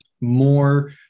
more